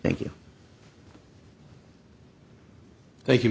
thank you thank you